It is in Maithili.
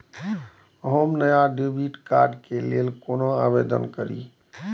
हम नया डेबिट कार्ड के लल कौना आवेदन करि?